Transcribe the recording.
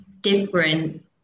different